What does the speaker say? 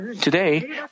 Today